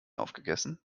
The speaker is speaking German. aufgegessen